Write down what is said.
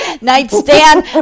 nightstand